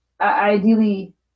Ideally